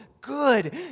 Good